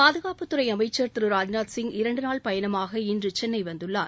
பாதுகாப்புத்துறை அமைச்சர் திரு ராஜ்நாத் சிங் இரண்டு நாள் பயணமாக இன்று சென்னை வந்துள்ளார்